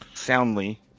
Soundly